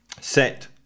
set